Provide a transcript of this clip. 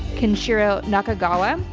kenshiro nakagawa,